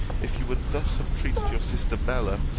if you would thus have treated your sister bella,